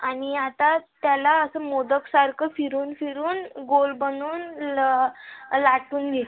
आणि आता त्याला असं मोदक सारखं फिरून फिरून गोल बनून ल लाटून घे